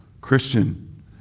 Christian